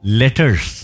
letters